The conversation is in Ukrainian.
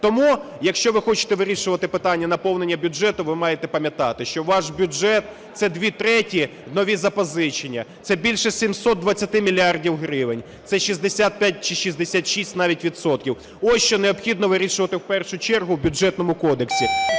Тому, якщо ви хочете вирішувати питання наповнення бюджету, ви маєте пам'ятати, що ваш бюджет – це дві третини нові запозичення, це більше 720 мільярдів гривень, це 65 чи 66 навіть відсотків. Ось що необхідно вирішувати в першу чергу в Бюджетному кодексі.